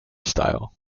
style